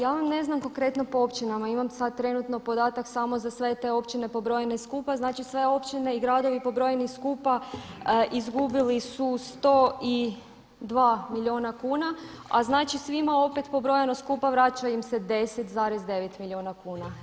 Ja vam ne znam konkretno po općinama, imam sad trenutno podatak samo za sve te općine pobrojene skupa, znači sve općine i gradovi pobrojeni skupa izgubili su 102 milijuna kuna a znači svima opet pobrojano skupa vraća im se 10,9 milijuna kuna.